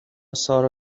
سارا